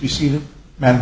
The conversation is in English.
you see the man